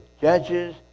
judges